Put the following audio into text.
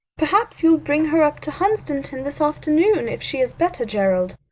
perhaps you'll bring her up to hunstanton this afternoon, if she is better, gerald.